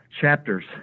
chapters